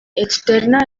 externa